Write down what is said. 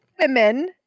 Women